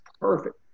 perfect